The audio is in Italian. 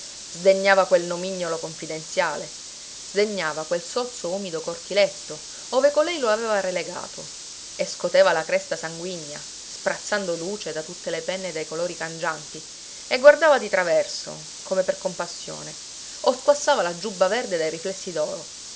taverna sdegnava quel nomignolo confidenziale sdegnava quel sozzo umido cortiletto ove colei lo aveva relegato e scoteva la cresta sanguigna sprazzando luce da tutte le penne dai colori cangianti e guardava di traverso come per compassione o squassava la giubba verde dai riflessi